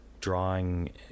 drawing